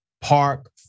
Park